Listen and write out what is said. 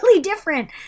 different